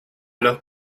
los